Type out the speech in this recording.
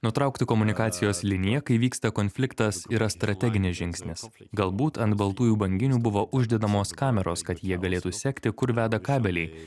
nutraukti komunikacijos liniją kai vyksta konfliktas yra strateginis žingsnis galbūt ant baltųjų banginių buvo uždedamos kameros kad jie galėtų sekti kur veda kabeliai